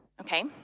okay